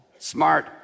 smart